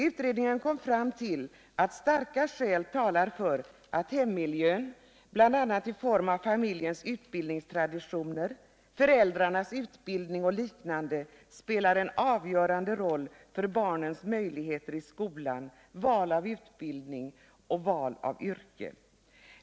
Utredningen kom fram till att starka skäl talar för att hemmiljön, bl.a. i form av familjens utbildningstraditioner, föräldrarnas utbildning och liknande faktorer, spelar en avgörande roll för barnens möjligheter i skolan, deras val av utbildning och val av yrke.